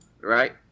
right